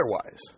otherwise